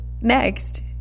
next